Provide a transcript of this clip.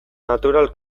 natural